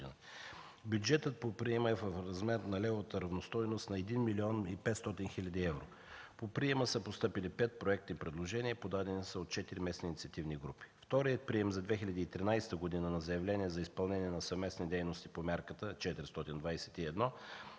Бюджетът по приема е в размер на левовата равностойност на 1 млн. 500 хил. евро. По приема са постъпили пет проектни предложения, подадени са от четири местни инициативни групи. Вторият прием за 2013 г. на заявления за изпълнение на съвместни дейности и по Мярка 421 е